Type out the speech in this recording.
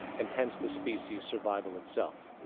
and hence, the species' survival itself.